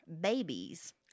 babies